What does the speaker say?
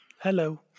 Hello